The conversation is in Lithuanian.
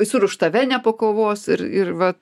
jis ir už tave nepakovos ir ir vat